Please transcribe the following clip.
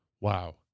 Wow